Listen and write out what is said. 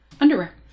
underwear